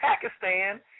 Pakistan